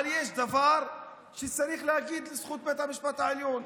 אבל יש דבר שצריך להגיד לזכות בית המשפט העליון: